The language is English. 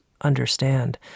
understand